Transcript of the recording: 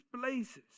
places